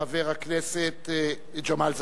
חבר הכנסת ג'מאל זחאלקה.